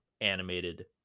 animated